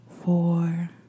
four